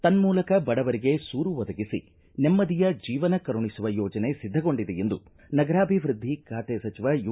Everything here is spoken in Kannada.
ತನ್ನೂಲಕ ಬಡವರಿಗೆ ಸೂರು ಒದಗಿಸಿ ನೆಮ್ಮದಿಯ ಜೀವನ ಕರುಣಿಸುವ ಯೋಜನೆ ಸಿದ್ದಗೊಂಡಿದೆ ಎಂದು ನಗರಾಭಿವೃದ್ದಿ ಖಾತೆ ಸಚಿವ ಯು